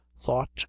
thought